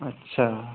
اچھا